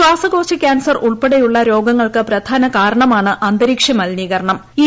ശ്വാസകോശ ക്യാൻസർ ഉൾപ്പെടെയുള്ള രോഗങ്ങൾക്ക് പ്രധാനകാരണമാണ് അന്തരീക്ഷ മലിനീകരണ്ണം